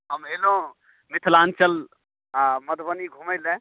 हम एलहुँ मिथिलाञ्चल मधुबनी घूमे लऽ